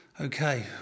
Okay